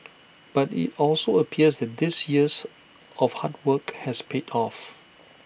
but IT also appears that his years of hard work has paid off